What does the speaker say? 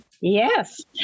Yes